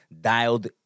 dialed